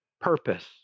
purpose